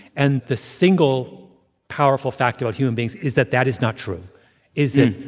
and the single powerful fact about human beings is that that is not true isn't.